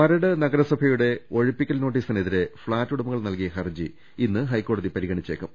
മരട് നഗരസഭയുടെ ഒഴിപ്പിക്കൽ നോട്ടീസിനെതിരെ ഫ്ളാറ്റ് ഉടമ കൾ നൽകിയ ഹർജി ഇന്ന് ഹൈക്കോടതി പരിഗണിച്ചേക്കും